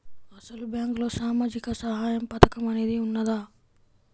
అసలు బ్యాంక్లో సామాజిక సహాయం పథకం అనేది వున్నదా?